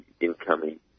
incoming